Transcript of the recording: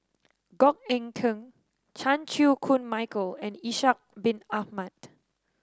Goh Eck Kheng Chan Chew Koon Michael and Ishak Bin Ahmad